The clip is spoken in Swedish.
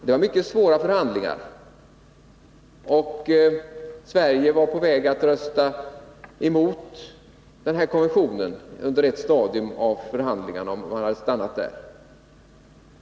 Det var mycket svåra förhandlingar, och Sverige var under ett stadium av förhandlingarna på väg att rösta mot konventionen, om förhandlingarna stannat där.